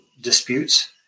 disputes